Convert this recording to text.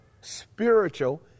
spiritual